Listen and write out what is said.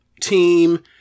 team